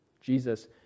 Jesus